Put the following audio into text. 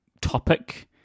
topic